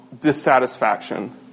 dissatisfaction